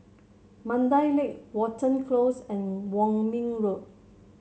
Mandai Lake Watten Close and Kwong Min Road